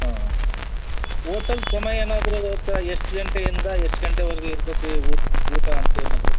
ಹಾಂ ಓಟಲ್ ಸಮಯ ಏನಾದರೂ ಗೊತ್ತಾ ಎಷ್ಟು ಗಂಟೆಯಿಂದ ಎಷ್ಟು ಗಂಟೆವರೆಗು ಇರ್ತತೆ ಊ ಊಟ ಅಂತೇನಾದರು